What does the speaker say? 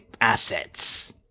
assets